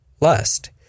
lust